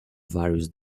various